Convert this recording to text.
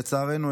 לצערנו,